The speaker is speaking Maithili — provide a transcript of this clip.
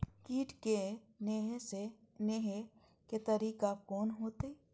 कीट के ने हे के तरीका कोन होते?